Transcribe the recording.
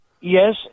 Yes